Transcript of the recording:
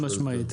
חד-משמעית.